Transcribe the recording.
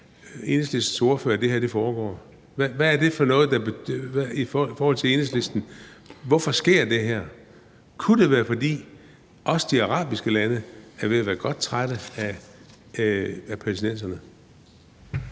Hvad er det for noget i forhold til Enhedslisten? Hvorfor sker det her? Kunne det være, fordi også de arabiske lande er ved at være godt trætte af palæstinenserne?